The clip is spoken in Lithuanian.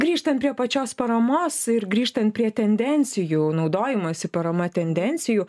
grįžtant prie pačios paramos ir grįžtant prie tendencijų naudojimosi parama tendencijų